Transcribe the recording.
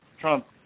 Trump